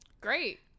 Great